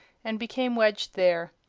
and became wedged there.